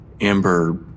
Amber